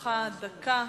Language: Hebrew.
לרשותך דקה.